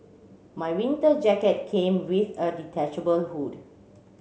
my winter jacket came with a detachable hood